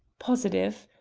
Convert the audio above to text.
positive.